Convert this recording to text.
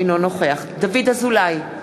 אינו נוכח דוד אזולאי,